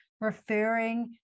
referring